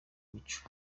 ibicu